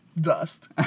dust